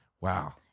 Wow